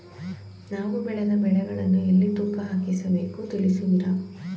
ನಾವು ಬೆಳೆದ ಬೆಳೆಗಳನ್ನು ಎಲ್ಲಿ ತೂಕ ಹಾಕಿಸಬೇಕು ತಿಳಿಸುವಿರಾ?